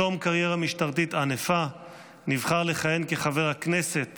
בתום קריירה משטרתית ענפה נבחר לכהן כחבר הכנסת